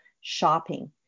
shopping